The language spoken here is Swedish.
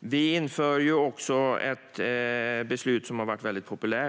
Vi inför också något som har varit väldigt populärt.